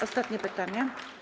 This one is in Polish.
Ostatnie pytanie.